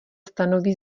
stanoví